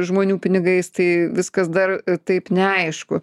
žmonių pinigais tai viskas dar taip neaišku